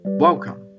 Welcome